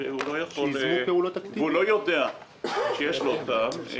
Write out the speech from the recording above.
ואדם לא יודע שיש לו אותם.